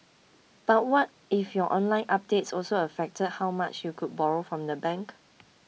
but what if your online updates also affected how much you could borrow from the bank